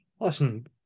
Listen